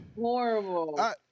horrible